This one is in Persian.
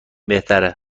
بهتره